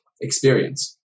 experience